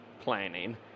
planning